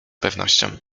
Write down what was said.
pewnością